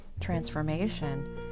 transformation